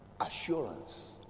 Assurance